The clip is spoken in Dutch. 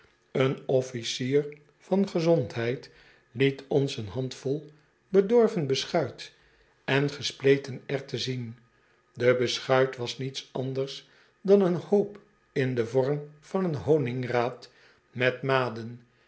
een officier van gezondheid liet ons een handvol bedorven beschuit en gespleten erwten zien de beschuit was niets anders dan een hoop in den vorm van een homgraat met maden